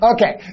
Okay